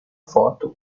foto